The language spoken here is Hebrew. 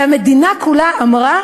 והמדינה כולה אמרה